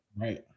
Right